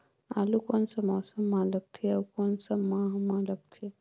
आलू कोन सा मौसम मां लगथे अउ कोन सा माह मां लगथे?